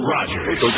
Rogers